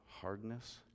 hardness